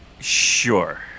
Sure